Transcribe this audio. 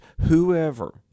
whoever